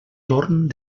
torn